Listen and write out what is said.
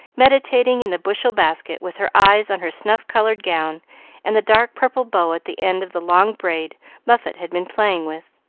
meditating in the bushel basket, with her eyes on her snuff-colored gown and the dark purple bow at the end of the long braid muffet had been playing with.